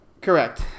Correct